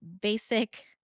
basic